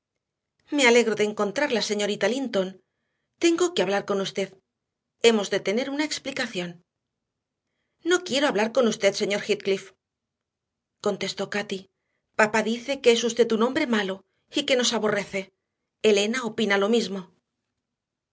me alegro de encontrarla señorita linton tengo que hablar con usted hemos de tener una explicación no quiero hablar con usted señor heathcliff contestó cati papá dice que es usted un hombre malo y que nos aborrece elena opina lo mismo